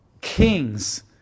kings